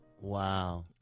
wow